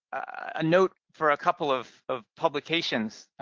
ah note for a couple of of publications,